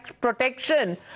protection